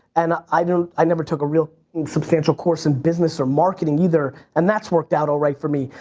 and ah i you know i never took a real substantial course in business or marketing either and that's worked out all right for me.